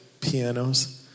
pianos